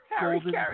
golden